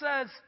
says